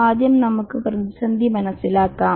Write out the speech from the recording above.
ആദ്യം നമുക്ക് പ്രതിസന്ധി മനസ്സിലാക്കാം